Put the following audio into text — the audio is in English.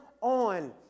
on